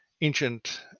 ancient